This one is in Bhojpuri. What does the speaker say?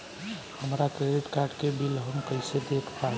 हमरा क्रेडिट कार्ड के बिल हम कइसे देख पाएम?